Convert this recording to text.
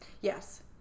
Yes